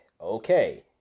okay